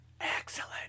excellent